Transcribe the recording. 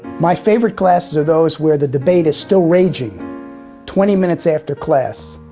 my favorite classes are those where the debate is still raging twenty minutes after class,